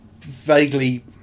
vaguely